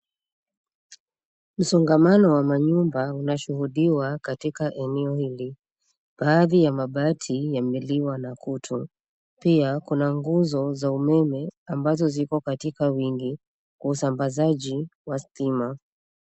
Msongamano wa manyumba unashuhudiwa katika eneo hili. Baadhi ya mabati yameliwa na kutu. Pia kuna nguzo za umeme ambazo ziko katika wingi kwa usambazaji wa stima.